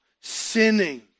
sinning